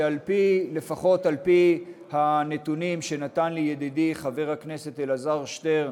שלפחות על-פי הנתונים שנתן לי ידידי חבר הכנסת אלעזר שטרן,